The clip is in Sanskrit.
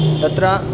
तत्र